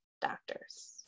doctors